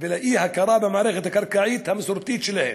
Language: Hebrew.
ולאי-הכרה במערכת הקרקעית המסורתית שלהם.